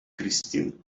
christine